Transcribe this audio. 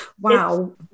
Wow